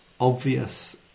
obvious